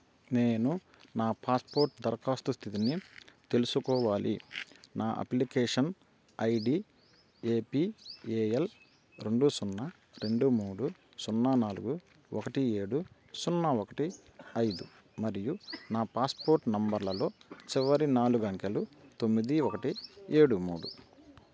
నేను నా పాస్పోర్ట్ దరఖాస్తు స్థితిని తెలుసుకోవాలి నా అప్లికేషన్ ఐడి ఏపిఏఎల్ రెండు సున్నా రెండు మూడు సున్నా నాలుగు ఒకటి ఏడు సున్నా ఒకటి ఐదు మరియు నా పాస్పోర్ట్ నంబర్లలో చివరి నాలుగు అంకెలు తొమ్మిది ఒకటి ఏడు మూడు